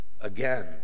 again